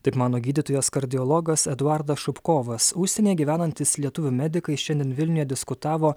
taip mano gydytojas kardiologas eduardas šubkovas užsienyje gyvenantys lietuvių medikai šiandien vilniuje diskutavo